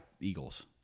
Eagles